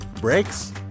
Brakes